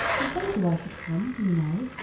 i told you i should come, you know,